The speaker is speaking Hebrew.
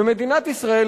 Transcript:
ומדינת ישראל,